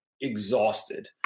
exhausted